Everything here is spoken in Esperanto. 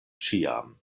ĉiam